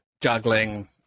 juggling